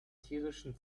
tierischen